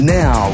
now